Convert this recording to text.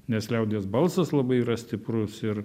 nes liaudies balsas labai yra stiprus ir